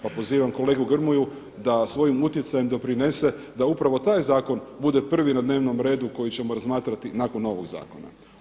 Pa pozivam kolegu Grmoju da svojim utjecajem doprinese da upravo taj zakon bude prvi na dnevnom redu koji ćemo razmatrati nakon ovog zakona.